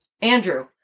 Andrew